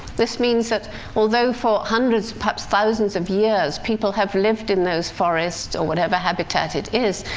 this means that although for hundreds, perhaps thousands of years, people have lived in those forests, or whatever habitat it is,